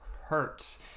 hurts